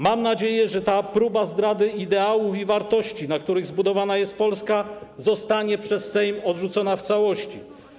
Mam nadzieję, że ta próba zdrady ideałów i wartości, na których zbudowana jest Polska, zostanie przez Sejm odrzucona w całości.